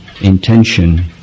intention